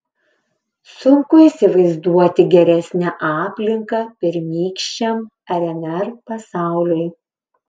sunku įsivaizduoti geresnę aplinką pirmykščiam rnr pasauliui